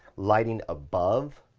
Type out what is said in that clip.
lighting above.